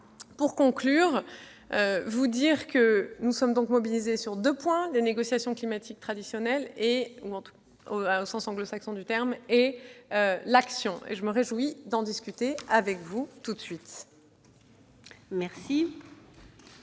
Pour conclure, je veux vous dire que nous sommes mobilisés sur deux points : les négociations climatiques traditionnelles, au sens anglo-saxon du terme, et l'action. Je me réjouis d'en discuter avec vous aujourd'hui. Mes